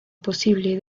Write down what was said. posible